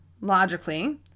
logically